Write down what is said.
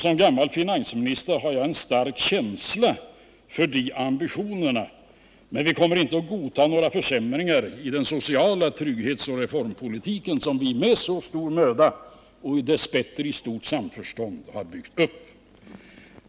Som gammal finansminister har jag en stark känsla för de ambitionerna, men vi kommer inte att godta några försämringar i den sociala trygghetsoch reformpolitiken, som vi med så stor möda och dess bättre i stort samförstånd har byggt upp.